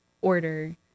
order